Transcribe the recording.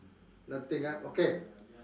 nothing ah okay